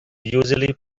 usually